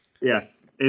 Yes